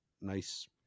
nice